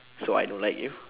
so I don't like you